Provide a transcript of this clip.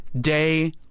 day